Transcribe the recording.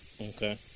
Okay